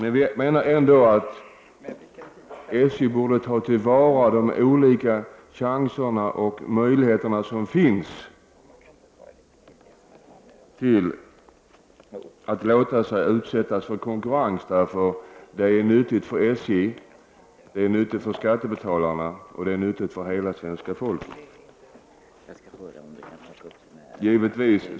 Vi menar att SJ borde ta till vara de olika chanser och möjligheter som finns till att låta sig utsättas för konkurrens. Det vore nyttigt för SJ, för skattebetalarna och för hela svenska folket.